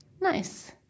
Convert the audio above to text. Nice